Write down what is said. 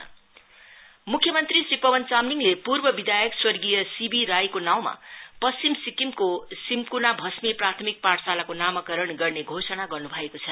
एसमलि ओबिज्री मुख्य मन्त्री श्री पवन चामलिङले पूर्व विदायक स्वर्गीय सि बि राईको नाउँमा पश्चिम सिक्किमको सिम्क्ना भष्मे प्राथमिक पाठशालाको नामकरण गर्ने घोषणा गर्न् भएको छ